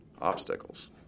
obstacles